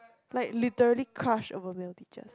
like literally crush over male teachers